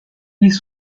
ils